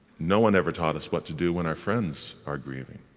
no one ever taught us what to do when our friends are grieving,